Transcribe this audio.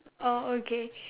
oh okay